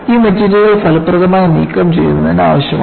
ഇത് മെറ്റീരിയലുകൾ ഫലപ്രദമായി നീക്കംചെയ്യുന്നതിന് ആവശ്യമാണ്